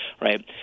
right